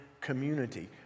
community